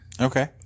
Okay